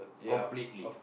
completely